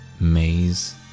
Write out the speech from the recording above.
maze